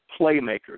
playmakers